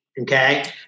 okay